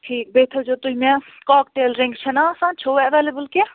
ٹھیٖک بیٚیہِ تھٲیزیٛو تُہۍ مےٚ کۄاکٹیل رِنٛگٕس چھا نا آسان چھُوا ایٚویلیبٕل کیٚنٛہہ